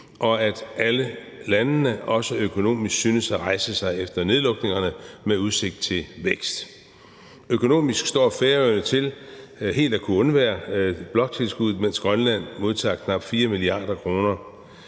og at alle landene også økonomisk synes at rejse sig efter nedlukningerne med udsigt til vækst. Økonomisk står Færøerne til helt at kunne undvære bloktilskuddet, mens Grønland modtager knap 4 mia. kr.